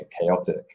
chaotic